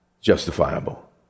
justifiable